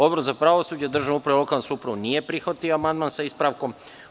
Odbor za pravosuđe, državnu upravu i lokalnu samoupravu nije prihvatio amandman sa ispravkom.